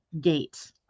gate